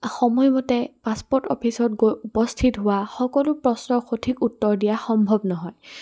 সময়মতে পাছপৰ্ট অফিচত গৈ উপস্থিত হোৱা সকলো প্ৰশ্নৰ সঠিক উত্তৰ দিয়া সম্ভৱ নহয়